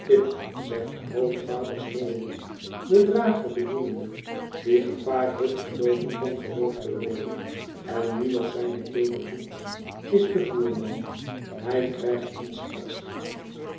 dit zegt grootvader smallweed den drager bedoelende die gevaar heeft geloopen van geworgd te worden en nu nog zijne keel bevoelt is de voerman hij krijgt niets extra